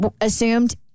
assumed